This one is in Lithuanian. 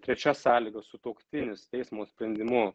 trečia sąlyga sutuoktinis teismo sprendimu